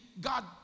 God